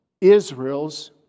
Israel's